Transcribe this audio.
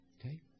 Okay